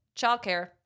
childcare